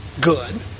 good